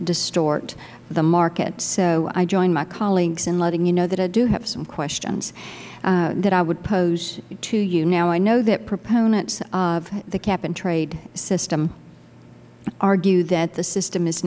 distort the market so i join my colleagues in letting you know that i do have some questions that i would pose to you now i know that proponents of the cap and trade system argue that the system is